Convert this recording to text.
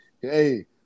Hey